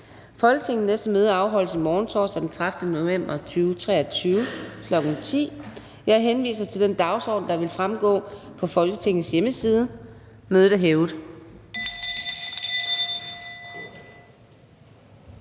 Folketingets næste møde afholdes i morgen, torsdag den 30. november 2023, kl. 10.00. Jeg henviser til den dagsorden, der vil fremgå af Folketingets hjemmeside. Mødet er hævet.